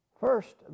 First